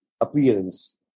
appearance